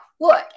look